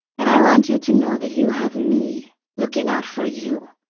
and i want you to know that you have me looking out for you.